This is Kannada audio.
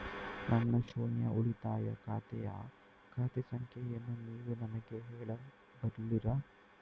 ನನ್ನ ಶೂನ್ಯ ಉಳಿತಾಯ ಖಾತೆಯ ಖಾತೆ ಸಂಖ್ಯೆಯನ್ನು ನೀವು ನನಗೆ ಹೇಳಬಲ್ಲಿರಾ?